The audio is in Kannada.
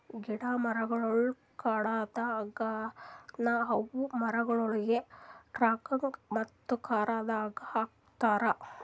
ಗಿಡ ಮರಗೊಳ್ ಕಡೆದ್ ಆಗನ ಅವು ಮರಗೊಳಿಗ್ ಟ್ರಕ್ದಾಗ್ ಮತ್ತ ಕಾರದಾಗ್ ಹಾಕತಾರ್